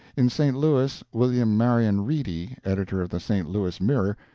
in st. louis, william marion reedy, editor of the st. louis mirror,